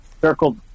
circled